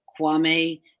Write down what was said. Kwame